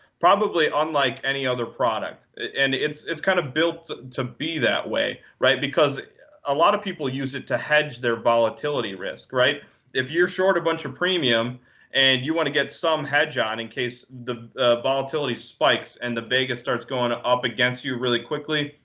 probably unlike any other product. and it's it's kind of built to be that way, because a lot of people use it to hedge their volatility risk. if you're short a bunch of premium and you want to get some hedge on, in case the volatility spikes, and the vega starts going up against you really quickly,